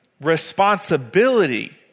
responsibility